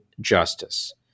justice